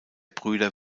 brüder